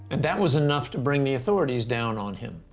and that was enough to bring the authorities down on him.